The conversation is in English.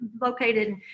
located